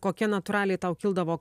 kokie natūraliai tau kildavo